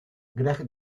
greg